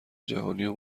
جهانیو